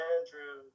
Andrew